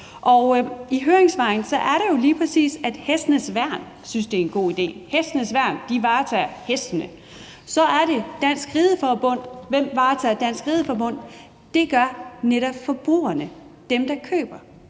høringssvarene er det jo lige præcis Hestens Værn, der synes, at det er en god idé. Hestens Værn varetager hestene. Så er der Dansk Ride Forbund, og hvem varetager Dansk Ride Forbund? Det er netop forbrugerne – dem, der køber,